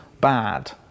bad